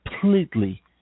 completely